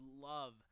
love